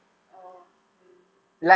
oh mm